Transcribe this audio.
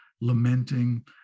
lamenting